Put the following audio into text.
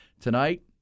Tonight